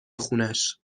خونش